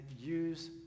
use